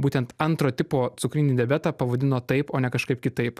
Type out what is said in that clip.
būtent antro tipo cukrinį diabetą pavadino taip o ne kažkaip kitaip